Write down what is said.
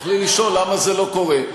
תוכלי לשאול למה זה לא קורה.